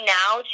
now